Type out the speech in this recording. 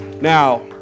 Now